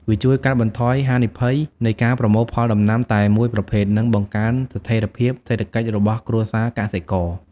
វាជួយកាត់បន្ថយហានិភ័យពីការប្រមូលផលដំណាំតែមួយប្រភេទ និងបង្កើនស្ថិរភាពសេដ្ឋកិច្ចរបស់គ្រួសារកសិករ។